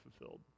fulfilled